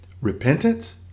repentance